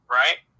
right